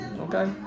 Okay